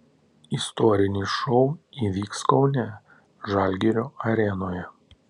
istorinis šou įvyks kaune žalgirio arenoje